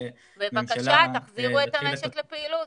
בבקשה, תחזירו את המשק לפעילות.